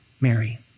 Mary